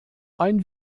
ein